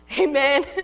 Amen